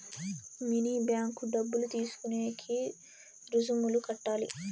mini bank డబ్బులు తీసుకునేకి రుసుములు కట్టాలి